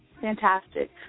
fantastic